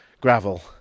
gravel